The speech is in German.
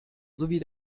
sowie